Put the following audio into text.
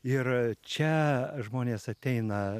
ir čia žmonės ateina